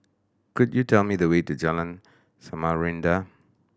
could you tell me the way to Jalan Samarinda